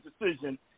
decision